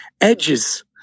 edges